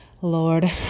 Lord